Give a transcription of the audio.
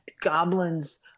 goblins